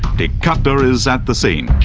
dick cutler is at the scene.